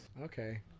Okay